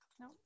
no